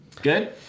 Good